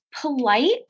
polite